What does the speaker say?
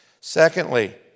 Secondly